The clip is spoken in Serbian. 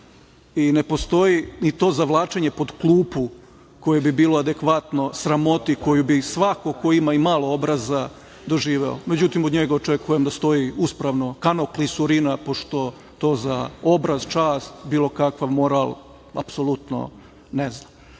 Ne postoji ni to zavlačenje pod klupu koje bi bilo adekvatno sramoti koju bi svako ko ima i malo obraza doživeo. Međutim, od njega očekujem da stoji uspravno kano klisurina, pošto to za obraz, čast, bilo kakav moral apsolutno ne zna. Na